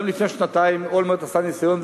גם לפני שנתיים אולמרט עשה ניסיון,